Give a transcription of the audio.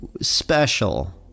special